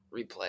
replay